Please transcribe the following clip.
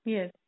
Yes